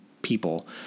people